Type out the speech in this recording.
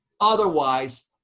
Otherwise